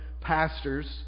pastors